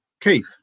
Keith